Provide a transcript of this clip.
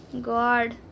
God